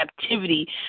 captivity